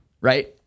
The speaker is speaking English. right